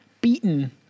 beaten